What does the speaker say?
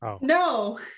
no